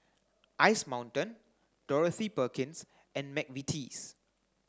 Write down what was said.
Ice Mountain Dorothy Perkins and McVitie's